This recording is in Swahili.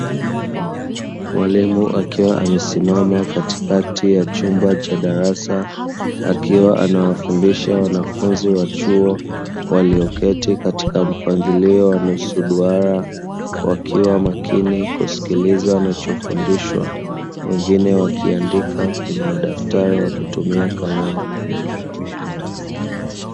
Mwalimu akiwa amesimama katikati ya chumba cha darasa akiwa anawafundisha wanafunzi wa chuo, walioketi katika mpangilio wa nusu duara wakiwa makini kusikiliza wanachofundishwa, wengine wakiandika kwenye madaftari wakitumia kalamu.